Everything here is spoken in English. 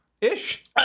Ish